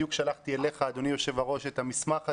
בדיוק שלחתי אלייך אדוני יו"ר את המסמך הזה.